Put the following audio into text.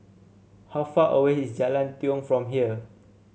how far away is Jalan Tiong from here